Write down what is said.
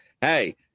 hey